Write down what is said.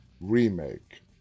remake